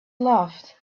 loved